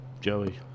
Joey